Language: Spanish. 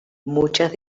muchas